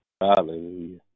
Hallelujah